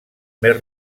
més